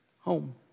home